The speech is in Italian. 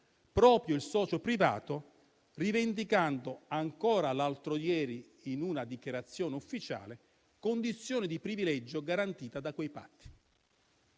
proprio il socio privato, rivendicando ancora l'altro ieri, in una dichiarazione ufficiale alla stampa, condizioni di privilegio garantite da quei patti.